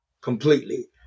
completely